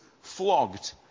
flogged